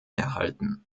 erhalten